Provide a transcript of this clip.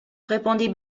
répondit